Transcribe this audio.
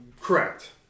Correct